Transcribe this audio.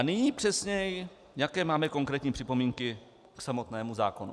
Nyní přesněji, jaké máme konkrétní připomínky k samotnému zákonu.